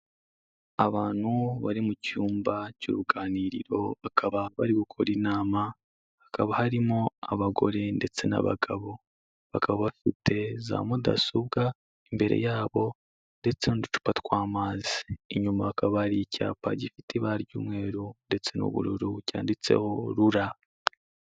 Abantu bari mu cyumba cy'uruganiriro bakaba bari gukora inama hakaba harimo abagore ndetse n'abagabo bakaba bafite za mudasobwa imbere yabo ndetse n'uducupa tw’amazi inyuma hakaba ari icyapa gifite ibara ry'umweru ndetse n'ubururu cyanditseho rura.